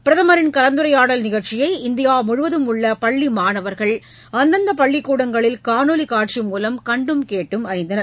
பிரதமரின் கலந்துரையாடல் நிகழ்ச்சியை இந்தியா முழுவதும் உள்ள பள்ளி மாணவர்கள் அந்தந்த பள்ளிக் கூடங்களில் காணொலி காட்சி மூலம் கண்டும் கேட்டும் அறிந்தனர்